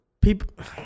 people